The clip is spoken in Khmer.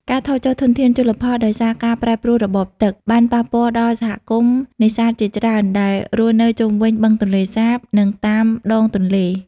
ការថយចុះធនធានជលផលដោយសារការប្រែប្រួលរបបទឹក បានប៉ះពាល់ដល់សហគមន៍នេសាទជាច្រើនដែលរស់នៅជុំវិញបឹងទន្លេសាប និងតាមដងទន្លេ។